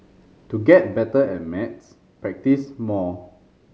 to get better at maths practise more